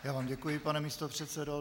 Já vám děkuji, pane místopředsedo.